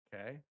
Okay